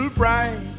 bright